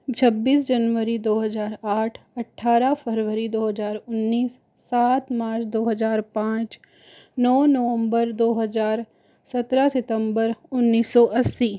छब्बीस जनवरी दो हज़ार आठ अट्ठारह फरवरी दो हज़ार उन्नीस सात मार्च दो हज़ार पाँच नौ नवम्बर दो हज़ार सतरह सितम्बर उन्नीस सौ अस्सी